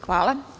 Hvala.